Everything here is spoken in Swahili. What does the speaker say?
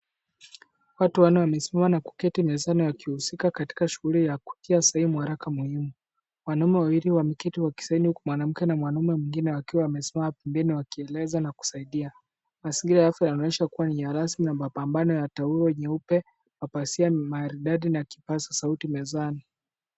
Watu wanne wamesimama na kuketi mezani wakiusika katika shughuli wa kutia sahibi waraka maalum. Wanaume wawili wameketi wakitia sahihi uku wanamke na mwanaume mwingine wakiwa wamesimama pembeni wakieleza na kusaidia hasili ya afya inaonyesha kuwa ni halasi na mapambano ya taulo nyeupe, mapasia maridadi na kipasasauti mezani